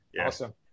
Awesome